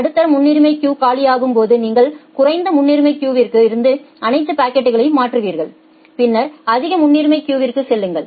நடுத்தர முன்னுரிமை கியூ காலியாகும்போது நீங்கள் குறைந்த முன்னுரிமை கியூவிற்கு இருந்து அனைத்து பாக்கெட்களையும் மாற்றுவீர்கள் பின்னர் அதிக முன்னுரிமை கியூக்கு செல்லுங்கள்